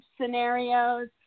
scenarios